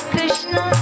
Krishna